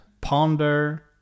ponder